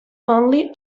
only